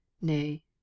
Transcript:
Nay